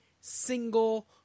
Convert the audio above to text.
single